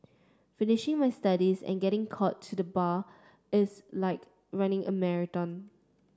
finishing my studies and getting called to the Bar is like running a marathon